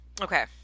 Okay